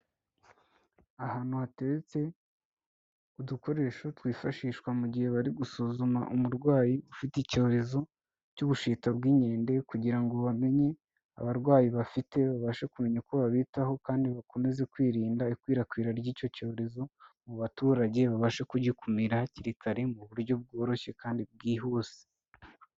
Ahantu hateretse udukoresho twifashishwa mu gihe bari gusuzuma umurwayi ufite icyorezo cy'ubushita bw'inkende kugira ngo bamenye abarwayi bafite babashe kumenya uko babitaho kandi bakomeze kwirinda ikwirakwira ry'icyo cyorezo mu baturage babashe kugikumira hakiri kare mu buryo bworoshye kandi bwihuse.